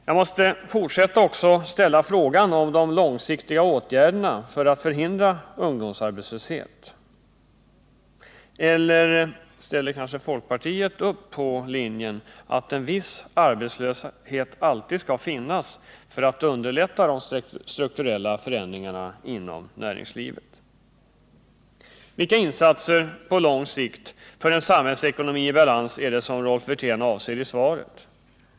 Jag måste också fortsätta att ställa frågan om de långsiktiga åtgärderna för att förhindra ungdomsarbetslöshet. Eller ställer kanske folkpartiet upp på linjen att en viss arbetslöshet alltid skall finnas för att underlätta de strukturella förändringarna inom näringslivet? Vilka insatser på lång sikt för en samhällsekonomi i balans är det som Rolf Wirtén avser i svaret?